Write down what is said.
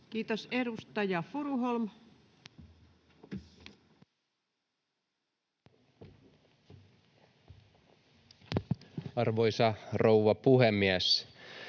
Kiitos. — Edustaja Furuholm. Arvoisa rouva puhemies!